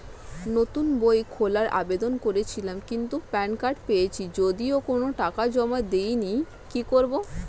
নতুন বই খোলার আবেদন করেছিলাম কিন্তু প্যান কার্ড পেয়েছি যদিও কোনো টাকা জমা দিইনি কি করব?